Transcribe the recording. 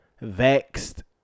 vexed